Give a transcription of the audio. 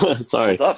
Sorry